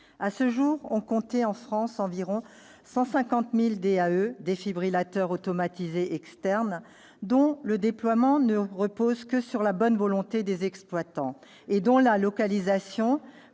À ce jour, on compterait en France environ 150 000 DAE, défibrillateurs automatisés externes, dont le déploiement ne repose que sur la bonne volonté des exploitants et dont la localisation